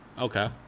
Okay